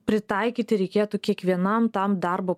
pritaikyti reikėtų kiekvienam tam darbo